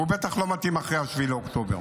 הוא בטח לא מתאים אחרי 7 באוקטובר.